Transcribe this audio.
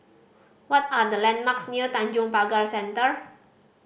what are the landmarks near Tanjong Pagar Centre